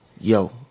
Yo